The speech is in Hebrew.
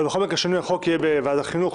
אבל בכל מקרה שינוי החוק יהיה בוועדת החינוך,